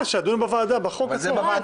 ידונו בוועדה בחוק עצמו.